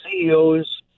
CEOs